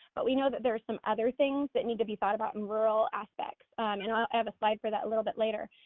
but we know that there are some other things that need to be fought about in rural aspects and i'll have a slide for that a little bit later.